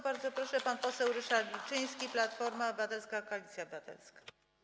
Bardzo proszę, pan poseł Ryszard Wilczyński, Platforma Obywatelska - Koalicja Obywatelska.